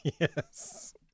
Yes